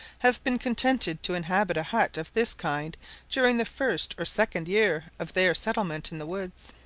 have been contented to inhabit a hut of this kind during the first or second year of their settlement in the woods.